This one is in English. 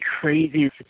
crazy